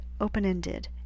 open-ended